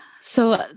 So-